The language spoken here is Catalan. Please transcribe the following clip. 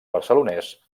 barcelonès